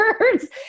words